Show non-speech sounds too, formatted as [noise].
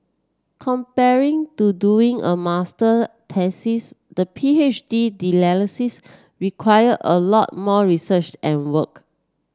comparing to doing a master taxis the P H D [unintelligible] require a lot more research and work